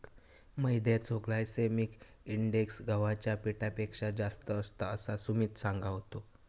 मैद्याचो glycemic index गव्हाच्या पिठापेक्षा जास्त असता, असा सुमित सांगा होतो